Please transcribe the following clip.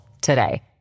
today